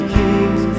kings